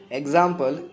example